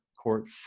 court